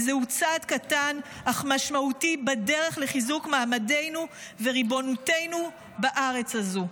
וזהו צעד קטן אך משמעותי בדרך לחיזוק מעמדנו וריבונותנו בארץ הזו.